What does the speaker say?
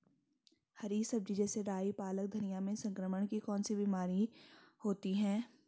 हरी सब्जी जैसे राई पालक धनिया में संक्रमण की कौन कौन सी बीमारियां होती हैं?